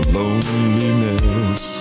loneliness